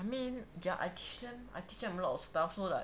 I mean ya I teach them a lot of stuff so like